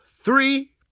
three